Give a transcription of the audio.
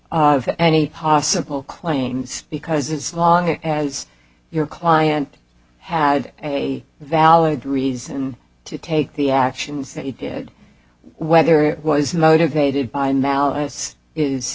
of any possible claims because it's long as your client had a valid reason to take the actions that you did whether it was motivated by